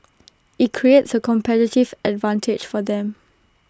IT creates A competitive advantage for them